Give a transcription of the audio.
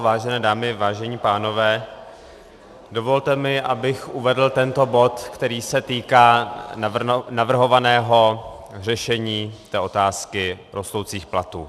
Vážené dámy, vážení pánové, dovolte mi, abych uvedl tento bod, který se týká navrhovaného řešení otázky rostoucích platů.